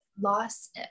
loss